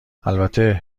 البته